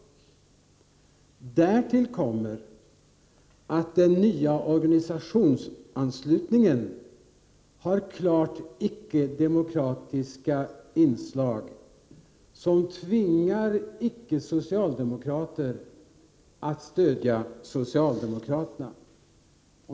Därtill kommer att den nya organisationsanslutningen har klart icke-demokratiska inslag, som tvingar icke-socialdemokrater att stödja socialdemokraterna.